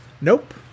nope